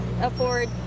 afford